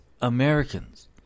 Americans